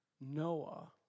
Noah